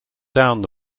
down